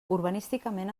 urbanísticament